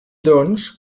doncs